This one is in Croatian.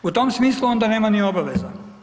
U tom smislu onda nema ni obaveza.